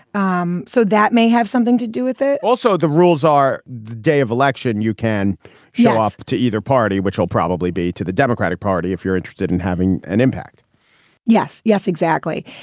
um so that may have something to do with it also, the rules are the day of election. you can show up to either party, which will probably be to the democratic party if you're interested in having an impact yes. yes, exactly.